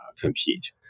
compete